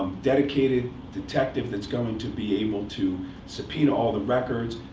dedicated detective that's going to be able to subpoena all the records,